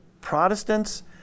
Protestants